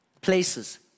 places